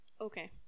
Okay